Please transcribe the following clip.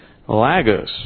Lagos